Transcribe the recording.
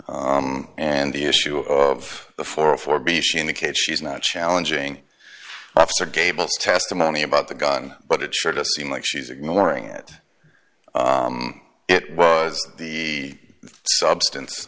k and the issue of the forty four b she indicates she's not challenging officer gable's testimony about the gun but it sure doesn't seem like she's ignoring it it was the substance